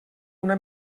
una